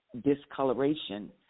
discoloration